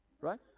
Right